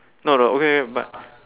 no no okay but